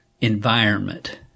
environment